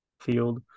field